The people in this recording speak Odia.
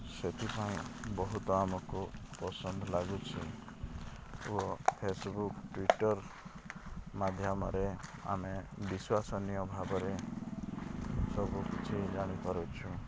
ସେଥିପାଇଁ ବହୁତ ଆମକୁ ପସନ୍ଦ ଲାଗୁଛି ଓ ଫେସବୁକ୍ ଟ୍ୱିଟର୍ ମାଧ୍ୟମରେ ଆମେ ବିଶ୍ୱାସନୀୟ ଭାବରେ ସବୁ କିଛି ଜାଣିପାରୁଛୁ